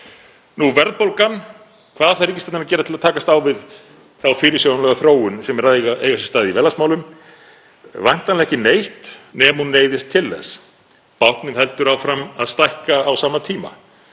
Verðbólgan. Hvað ætlar ríkisstjórnin að gera til að takast á við þá fyrirsjáanlegu þróun sem er að eiga sér stað í verðlagsmálum? Væntanlega ekki neitt nema hún neyðist til þess. Báknið heldur áfram að stækka á sama tíma.